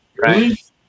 Right